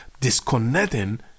disconnecting